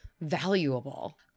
valuable